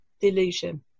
delusion